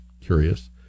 curious